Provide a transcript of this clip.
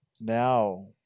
now